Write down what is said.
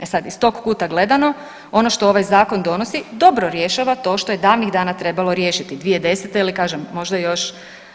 E sad iz tog kuta gledano ono što ovaj zakon donosi dobro rješava to što je davnih dana trebalo riješiti 2010. kažem ili možda još